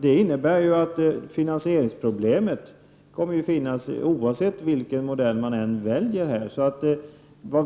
Detta innebär att finansieringsproblemet kommer att finnas, oavsett vilken modell man än väljer.